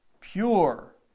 pure